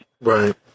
Right